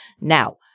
Now